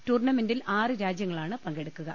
ടൂർണ്ണമെന്റിൽ ആറ് രാജ്യങ്ങളാണ് പങ്കെടുക്കുക